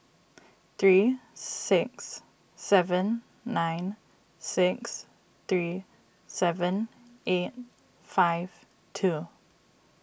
three six seven nine six three seven eight five two